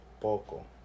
Poco